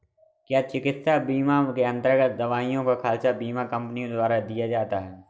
क्या चिकित्सा बीमा के अन्तर्गत दवाइयों का खर्च बीमा कंपनियों द्वारा दिया जाता है?